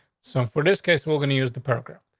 so for this case, we're going to use the program.